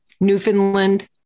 Newfoundland